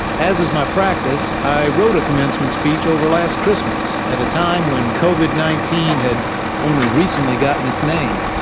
as is my practice, i wrote a commencement speech over last christmas at a time when covid nineteen had only recently gotten its name.